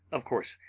of course,